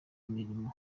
mirimo